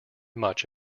much